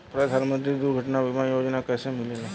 प्रधानमंत्री दुर्घटना बीमा योजना कैसे मिलेला?